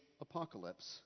apocalypse